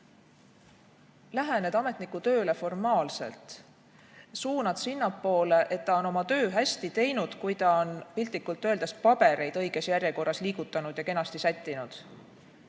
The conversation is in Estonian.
lähened ametniku tööle formaalselt, suunad sinnapoole, et ta on oma töö hästi teinud, kui ta on piltlikult öeldes pabereid õiges järjekorras liigutanud ja kenasti sättinud,